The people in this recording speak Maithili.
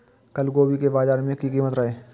कल गोभी के बाजार में की कीमत रहे?